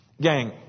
gang